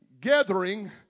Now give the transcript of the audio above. gathering